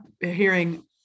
hearing